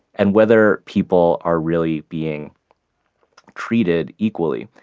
and whether people are really being treated equally.